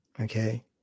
okay